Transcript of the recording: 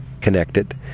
connected